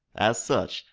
as such,